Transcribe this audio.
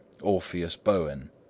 orpheus bowen